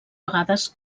vegades